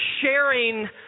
sharing